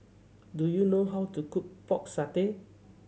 do you know how to cook Pork Satay